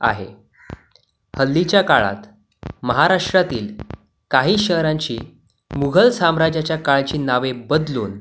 आहे हल्लीच्या काळात महाराष्ट्रातील काही शहरांची मुघल साम्राज्याच्या काळची नावे बदलून